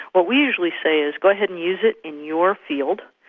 what we usually say is go ahead and use it in your field.